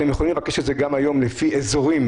אתם יכולים לבקש את זה גם היום לפי אזורים